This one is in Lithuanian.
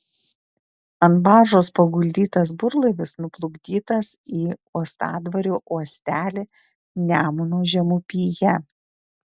ant baržos paguldytas burlaivis nuplukdytas į uostadvario uostelį nemuno žemupyje